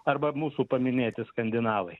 arba mūsų paminėti skandinavai